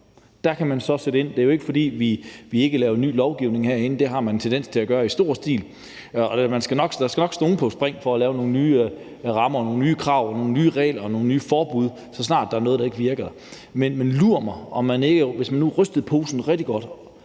kan man sætte ind. Det er jo ikke, fordi vi ikke laver ny lovgivning herinde. Det har man en tendens til at gøre i stor stil, og der skal nok stå nogen på spring for at lave nogle nye rammer, nogle nye krav, nogle nye regler og nogle nye forbud, så snart der er noget, der ikke virker. Men lur mig, om man ikke, hvis man nu rystede posen rigtig godt